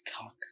talk